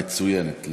מצוינת,